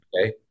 Okay